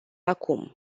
acum